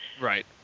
Right